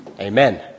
Amen